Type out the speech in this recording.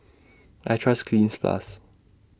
I Trust Cleanz Plus